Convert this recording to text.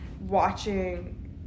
watching